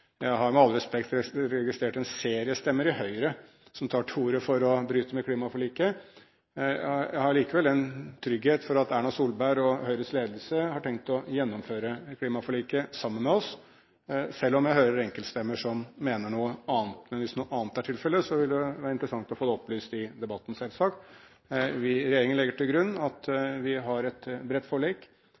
Jeg har – med all respekt – registrert en serie stemmer i Høyre som tar til orde for å bryte med klimaforliket. Jeg har likevel trygghet for at Erna Solberg og Høyres ledelse har tenkt å gjennomføre klimaforliket sammen med oss, selv om jeg hører enkeltstemmer som mener noe annet. Hvis noe annet er tilfellet, vil det være interessant å få det opplyst i debatten, selvsagt. Vi i regjeringen legger til grunn at vi har et bredt forlik.